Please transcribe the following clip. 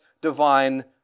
divine